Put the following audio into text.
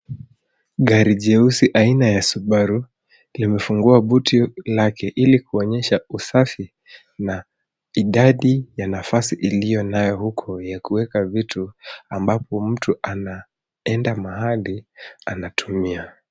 Gari jeusi aina ya Subaru limefungua buti lake, ili kuonesha usafi na idadi ya nafasi iliyo nayo huko ya kueka vitu, ambapo mtu anaenda mahali anatumia.